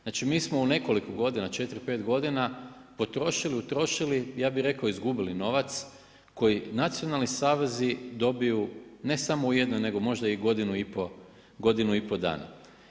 Znači mi smo u nekoliko godina 4, 5 godina potrošili, utrošili, ja bih rekao izgubili novac, koji nacionalni savezi dobiju ne smo u jedno nego možda i godinu i pol dana.